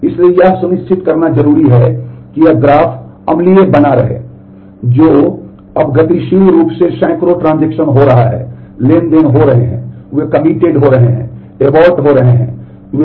इसलिए यह सुनिश्चित करना ज़रूरी है कि यह ग्राफ अम्लीय बना रहे जो अब गतिशील रूप से सैकड़ों ट्रांजेक्शन कर रहे हैं और इसी तरह